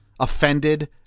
Offended